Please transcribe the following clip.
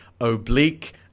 oblique